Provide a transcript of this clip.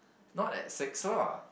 not like sex lah